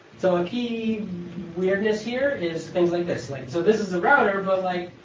so a key weirdness here is things like this. like so this is a router, but like,